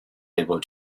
able